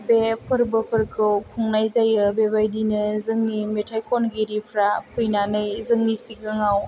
बे फोरबोफोरखौ खुंनाय जायो बेबायदिनो जोंनि मेथाइ खनगिरिफ्रा फैनानै जोंनि सिगाङाव